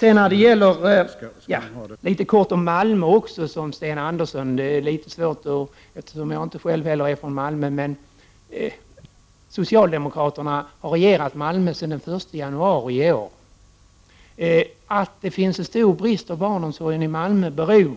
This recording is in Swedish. Sedan vill jag säga några ord om förhållandena i Malmö, som Sten Andersson i Malmö berörde. Eftersom jag själv inte är från Malmö är det litet svårt för mig att säga något om den saken. Socialdemokraterna har styrt i Malmö sedan den 1 januari i år. Att det finns en stor brist inom barnomsorgen där beror